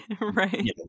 Right